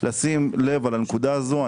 לשים לב לנקודה הזו.